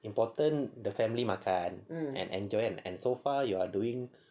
important the family makan and enjoy and so far you are doing